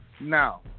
Now